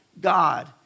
God